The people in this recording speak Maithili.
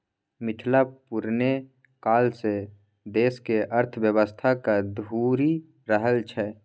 मिथिला पुरने काल सँ देशक अर्थव्यवस्थाक धूरी रहल छै